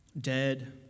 dead